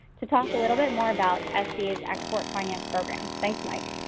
to talk a little bit more about ah sba's export finance programs. thanks, mike.